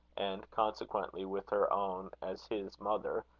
and, consequently, with her own as his mother,